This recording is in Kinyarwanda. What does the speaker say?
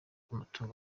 amatungo